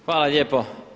Hvala lijepo.